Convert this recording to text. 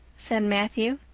said matthew.